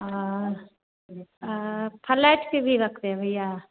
flat के भी रखते हैं भैया